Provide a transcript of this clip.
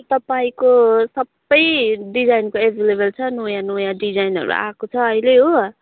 तपाईँको सबै डिजाइनको एभाइलेबल नयाँ नयाँ डिजाइनहरू आएको छ अहिले हो